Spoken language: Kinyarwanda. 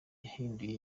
yahinduye